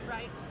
Right